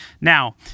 Now